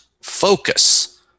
focus